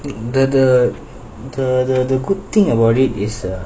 the the the the the good thing about it is